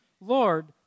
Lord